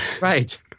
Right